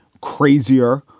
crazier